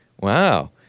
Wow